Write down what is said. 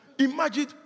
Imagine